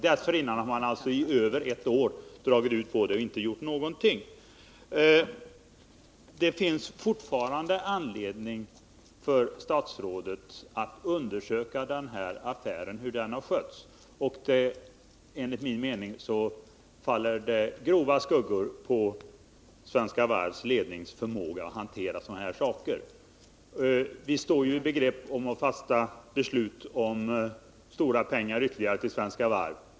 Dessförinnan har man över ett år dragit ut på saken och inte gjort någonting. Det finns fortfarande anledning för statsrådet att undersöka hur denna affär har skötts. Enligt min mening faller grava skuggor på Svenska Varvs lednings förmåga att hantera sådana här saker. Vi står ju i begrepp att fatta beslut om ytterligare stora pengar till Svenska Varv.